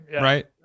Right